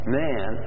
man